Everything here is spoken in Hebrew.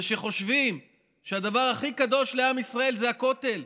וכשחושבים שהדבר הכי קדוש לעם ישראל זה הכותל,